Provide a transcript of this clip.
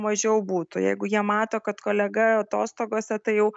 mažiau būtų jeigu jie mato kad kolega atostogose tai jau